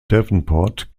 davenport